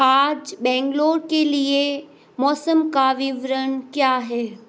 आज बेंगलुरु के लिए मौसम का विवरण क्या है